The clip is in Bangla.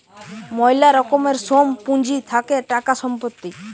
ময়লা রকমের সোম পুঁজি থাকে টাকা, সম্পত্তি